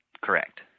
Correct